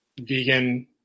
vegan